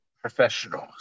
professionals